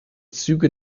züge